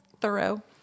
Thorough